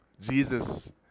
Jesus